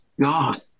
God